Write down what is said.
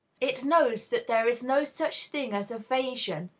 it knows that there is no such thing as evasion,